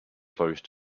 close